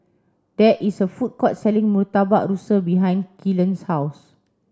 there is a food court selling Murtabak Rusa behind Kylan's house